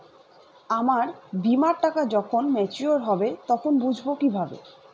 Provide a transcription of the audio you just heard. আমার বীমার টাকা যখন মেচিওড হবে তখন বুঝবো কিভাবে?